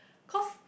because